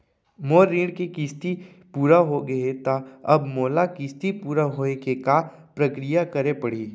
मोर ऋण के किस्ती पूरा होगे हे ता अब मोला किस्ती पूरा होए के का प्रक्रिया करे पड़ही?